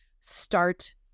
start